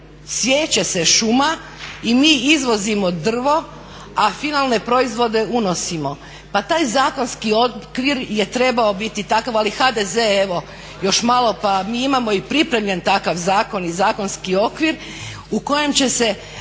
siječe se šuma i mi izvozimo drvo, a finalne proizvode unosimo, pa taj zakonski okvir je trebao biti takav. Ali HDZ je evo još malo, pa mi imamo i pripremljen takav zakon i zakonski okvir u kojem će se